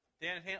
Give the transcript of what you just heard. Dan